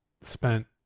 spent